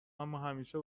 اماهمیشه